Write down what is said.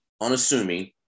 unassuming